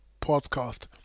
Podcast